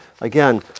again